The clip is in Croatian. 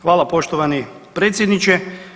Hvala poštovani predsjedniče.